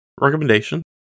recommendation